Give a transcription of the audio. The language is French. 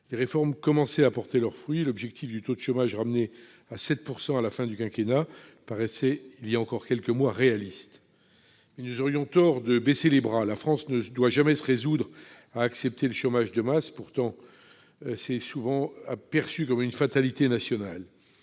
Les réformes commençaient à porter leurs fruits, et l'objectif d'un taux de chômage ramené à 7 % à la fin du quinquennat paraissait, voilà quelques mois encore, réaliste. Nous aurions tort de baisser les bras : la France ne doit jamais se résigner au chômage de masse, souvent perçu comme une fatalité nationale.